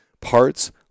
Parts